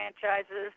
franchises